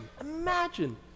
imagine